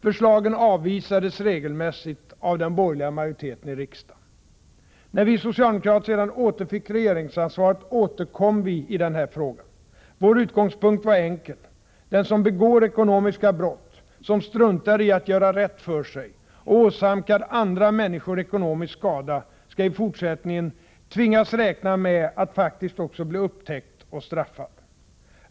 Förslagen avvisades regelmässigt av den borgerliga majoriteten i riksdagen. När vi socialdemokrater sedan återfick regeringsansvaret återkom vi i den här frågan. Vår utgångspunkt var enkel: Den som begår ekonomiska brott, som struntar i att göra rätt för sig och åsamkar andra människor ekonomisk skada, skall i fortsättningen tvingas räkna med att faktiskt också bli upptäckt och straffad.